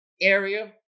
area